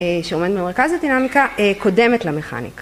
שעומדת במרכז הדינמיקה, קודמת למכניקה.